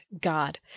God